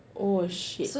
oh shit